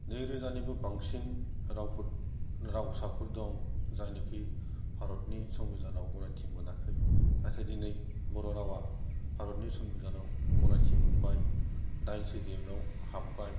नैरोजानिबो बांसिन रावफोर रावसाफोर दं जायनिखि भारतनि संबिधानाव गनायथि मोनाखै नाथाय दिनै बर' रावा भारतनि संबिधानाव गनायथि मोनबाय दाइन सेदिउलाव हाब्बाय